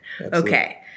Okay